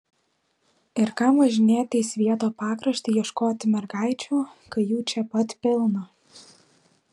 ir kam važinėti į svieto pakraštį ieškoti mergaičių kai jų čia pat pilna